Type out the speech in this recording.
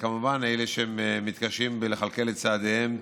כמובן, אלה שמתקשים לכלכל את צעדיהם,